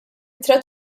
ittra